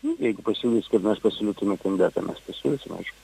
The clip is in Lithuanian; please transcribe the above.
nu jeigu pasiūlys kad mes pasiūlytume kandidatą mes pasiūlysim aišku